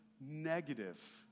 negative